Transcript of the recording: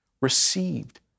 received